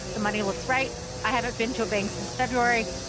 the money looks right. i haven't been to a bank since february.